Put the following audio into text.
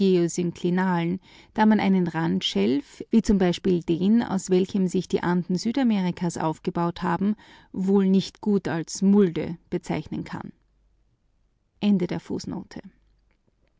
geosynklinalen da man einen randschelf wie z b den aus welchem sich die anden südamerikas aufgebaut haben wohl nicht gut als mulde bezeichnen kann